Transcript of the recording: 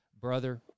brother